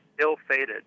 ill-fated